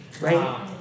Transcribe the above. right